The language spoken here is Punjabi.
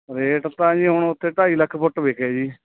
ਰੇਟ ਤਾਂ ਜੀ ਹੁਣ ਉੱਥੇ ਢਾਈ ਲੱਖ ਫੁੱਟ ਵਿਕਿਆ ਜੀ